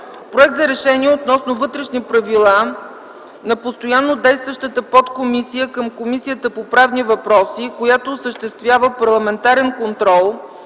Проект за решение относно вътрешни правила на Постоянно действащата подкомисия към Комисията по правни въпроси, която осъществява парламентарен контрол